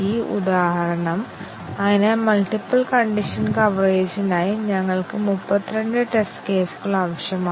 ഇപ്പോൾ ഒന്നിലധികം കണ്ടീഷൻ കവറേജായ മറ്റൊരു കണ്ടീഷൻ ടെസ്റ്റിംഗ് നോക്കാം